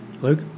Luke